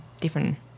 different